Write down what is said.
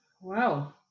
Wow